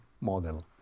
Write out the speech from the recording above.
model